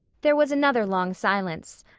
there was another long silence.